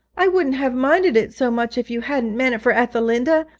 i wouldn't have minded it so much, if you hadn't meant it for ethelinda!